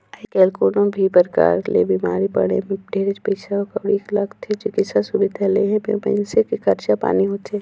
आयज कायल कोनो भी परकार ले बिमारी पड़े मे ढेरेच पइसा कउड़ी लागथे, चिकित्सा सुबिधा लेहे मे ओ मइनसे के खरचा पानी होथे